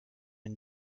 une